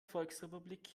volksrepublik